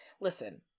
Listen